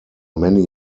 many